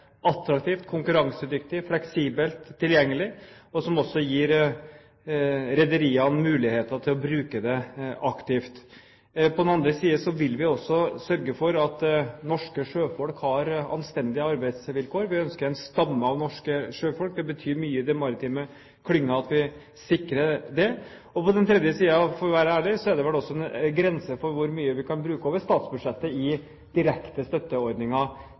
attraktivt, konkurransedyktig, fleksibelt, tilgjengelig, og som også gir rederiene muligheter til å bruke det aktivt. På den andre side vil vi også sørge for at norske sjøfolk har anstendige arbeidsvilkår. Vi ønsker en stamme av norske sjøfolk. Det betyr mye i den maritime klynga at vi sikrer det. For det tredje – for å være ærlig – er det også en grense for hvor mye vi kan bruke over statsbudsjettet i direkte